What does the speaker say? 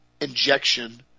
injection